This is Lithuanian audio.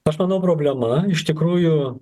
aš manau problema iš tikrųjų